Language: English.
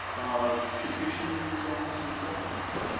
ah confucianism is almost misogynous.